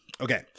Okay